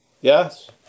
Yes